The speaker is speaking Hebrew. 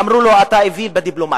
ואמרו לו, לשר החוץ: אתה אוויל בדיפלומטיה.